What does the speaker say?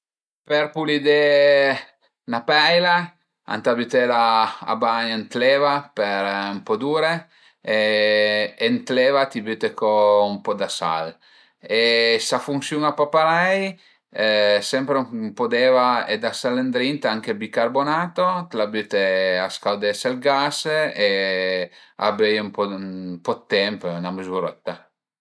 Per pulidé 'na peila ëntà bütela a bagn ën l'eva per ën po d'ure e ën l'eva t'i büte co ën po dë sal e s'a funsiun-a pa parei, sempre ën po d'eva e dë sal ëndrinta anche bicarbonato, t'la büte a scaudé sël gas e a böi ën po dë temp, üna mezurëtta